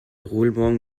roulement